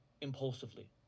impulsively